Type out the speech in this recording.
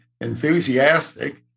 enthusiastic